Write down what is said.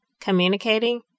communicating